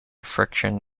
friction